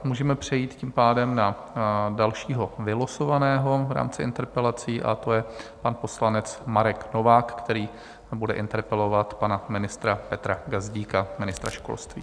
Můžeme přejít tím pádem na dalšího vylosovaného v rámci interpelací a to je pan poslanec Marek Novák, který bude interpelovat pana ministra Petra Gazdíka, ministra školství.